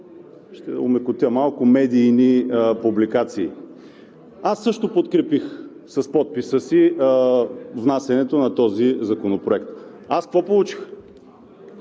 ще омекотя малко: „медийни публикации“. Аз също подкрепих с подписа си внасянето на този законопроект. Аз какво получих?